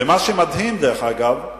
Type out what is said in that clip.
ומה שמדהים, דרך אגב,